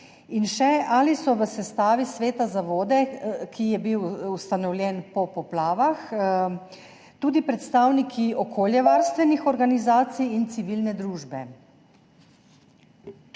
tudi: Ali so v sestavi Sveta za vode, ki je bil ustanovljen po poplavah, tudi predstavniki okoljevarstvenih organizacij in civilne družbe?